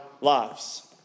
lives